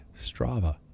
Strava